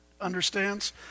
understands